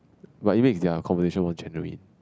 but it makea their conversation more genuine